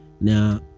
Now